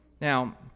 Now